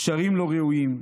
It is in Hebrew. קשרים לא ראויים,